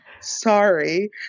sorry